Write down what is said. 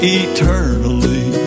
eternally